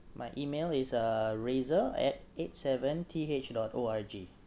my email is uh razor at eight seven T H dot O R G